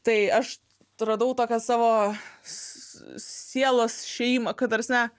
tai aš radau tokią savo s sielos šeimą kad ta prasme